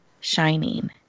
shining